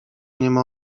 niema